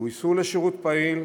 גויסו לשירות פעיל,